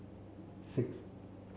six